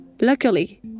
Luckily